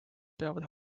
peavad